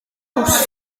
bws